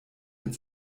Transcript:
mit